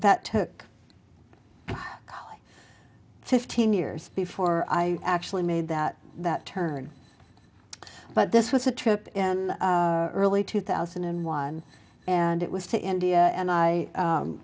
that took her fifteen years before i actually made that that turn but this was a trip in early two thousand and one and it was to india and i